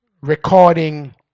recording